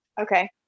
Okay